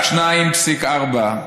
רק ל-2.4%